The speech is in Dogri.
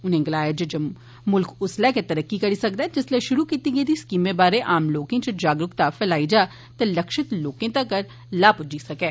उनें गलाया जे मुक्ख उसलै गै तरक्की करी सकदा ऐ जिसले षरू कीती स्कीमें बारै आम लोकें इच जागरूकता फैलाई जाए ते लक्षित लोके तगर उन्दा लाह प्ज्जी सकै